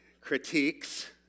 critiques